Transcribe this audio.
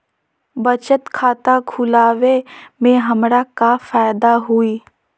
बचत खाता खुला वे में हमरा का फायदा हुई?